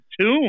tune